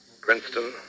Princeton